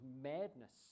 madness